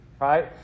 Right